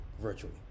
virtually